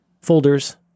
folders